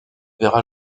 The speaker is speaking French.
verra